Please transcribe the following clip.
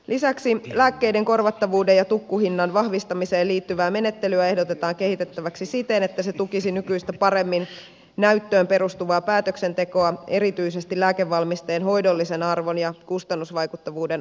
lisäksi lääkkeiden korvattavuuden ja tukkuhinnan vahvistamiseen liittyvää menettelyä ehdotetaan kehitettäväksi siten että se tukisi nykyistä paremmin näyttöön perustuvaa päätöksentekoa erityisesti lääkevalmisteen hoidollisen arvon ja kustannusvaikuttavuuden arvioinnissa